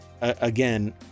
again